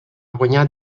guanyat